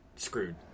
Screwed